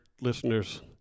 listeners